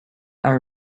our